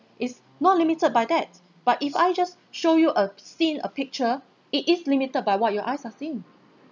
it's not limited by that but if I just show you a scene a picture it is limited by what your eyes are seeing